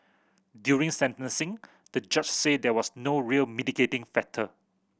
during sentencing the judge said there was no real mitigating factor